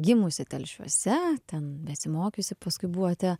gimusi telšiuose ten besimokiusi paskui buvote